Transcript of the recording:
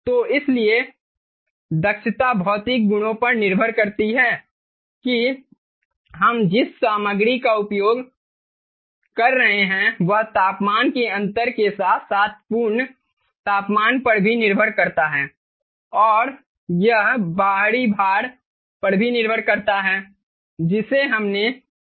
तो इसलिए दक्षता भौतिक गुणों पर निर्भर करती है कि हम जिस सामग्री का उपयोग कर रहे हैं वह तापमान के अंतर के साथ साथ पूर्ण तापमान पर भी निर्भर करता है और यह बाहरी भार पर भी निर्भर करता है जिसे हमने डाला है